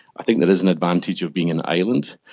i think there is an advantage of being an island.